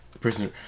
Prisoner